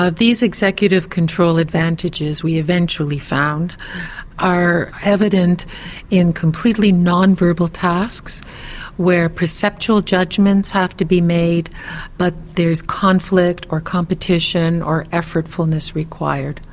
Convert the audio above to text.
ah these executive control advantages we eventually found are evident in completely non-verbal tasks where perceptual judgments have to be made but there's conflict or competition or effortful-ness required.